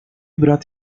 brat